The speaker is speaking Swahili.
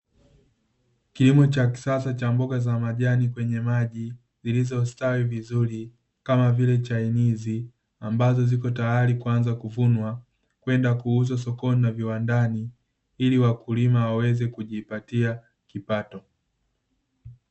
Kilimo cha kisasa cha mboga za majani kwenye maji, zilizostawi vizuri kama vile chainizi, ambazo zipo tayari kuanza kuvunwa, kwenda kuuzwa sokoni na viwandani, ili wakulima waweze kujipatia kipato.